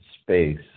space